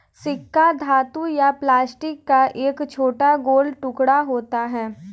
सिक्का धातु या प्लास्टिक का एक छोटा गोल टुकड़ा होता है